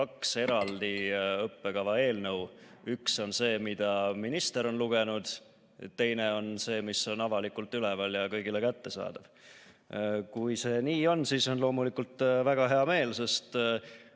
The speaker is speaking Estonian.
kaks eraldi õppekava eelnõu: üks on see, mida minister on lugenud, ja teine on see, mis on avalikult üleval ja kõigile kättesaadav. Kui see nii on, siis on loomulikult väga hea meel, sest